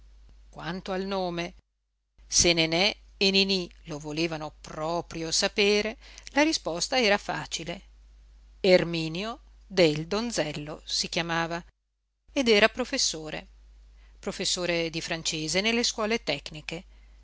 quanto al nome se nenè e niní lo volevano proprio sapere la risposta era facile erminio del donzello si chiamava ed era professore professore di francese nelle scuole tecniche